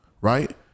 right